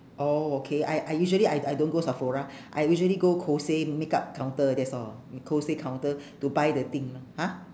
oh okay I I usually I I don't go sephora I usually go kose makeup counter that's all kose counter to buy the thing !huh!